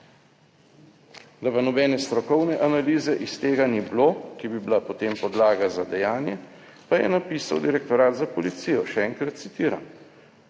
Da pa nobene strokovne analize iz tega ni bilo, ki bi bila potem podlaga za dejanje, pa je napisal Direktorat za policijo. Še enkrat citiram: